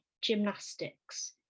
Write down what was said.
gymnastics